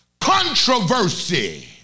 controversy